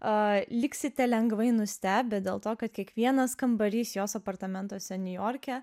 liksite lengvai nustebę dėl to kad kiekvienas kambarys jos apartamentuose niujorke